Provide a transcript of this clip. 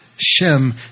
Shem